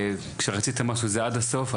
כשרצית משהו זה עד הסוף,